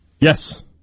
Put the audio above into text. Yes